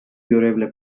görevle